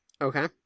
Okay